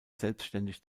selbständig